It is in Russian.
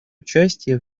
участие